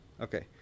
Okay